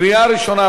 קריאה ראשונה,